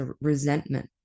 resentment